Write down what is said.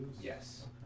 Yes